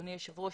אדוני היושב ראש,